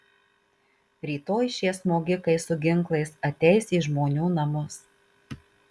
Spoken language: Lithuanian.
rytoj šie smogikai su ginklais ateis į žmonių namus